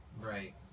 Right